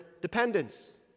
dependence